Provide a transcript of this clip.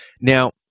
Now